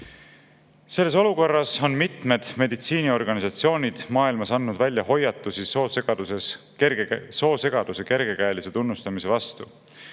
Selles olukorras on mitmed meditsiiniorganisatsioonid maailmas andnud välja hoiatusi soosegaduse kergekäelise tunnustamise vastu,